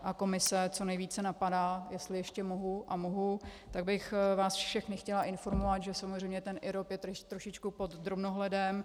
A komise, co nejvíce napadá jestli ještě mohu, a mohu , tak bych vás všechny chtěla informovat, že samozřejmě IROP je trošičku pod drobnohledem.